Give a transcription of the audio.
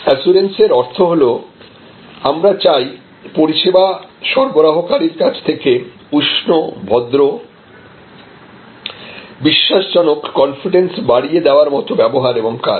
assurance এর অর্থ হল আমরা চাই পরিষেবা সরবরাহকারীর কাছ থেকে উষ্ণ ভদ্র বিশ্বাস জনক কনফিডেন্স বাড়িয়ে দেওয়ার মতো ব্যবহার এবং কাজ